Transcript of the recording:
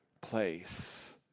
place